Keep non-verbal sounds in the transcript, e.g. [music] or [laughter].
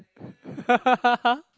[laughs]